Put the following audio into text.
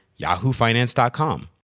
yahoofinance.com